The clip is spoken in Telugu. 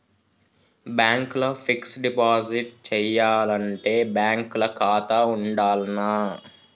బ్యాంక్ ల ఫిక్స్ డ్ డిపాజిట్ చేయాలంటే బ్యాంక్ ల ఖాతా ఉండాల్నా?